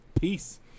peace